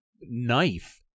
knife